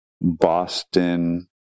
Boston